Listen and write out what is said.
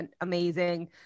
amazing